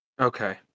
Okay